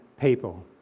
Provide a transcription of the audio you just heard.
people